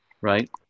Right